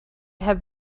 have